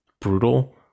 brutal